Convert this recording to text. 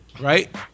right